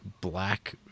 black